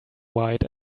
white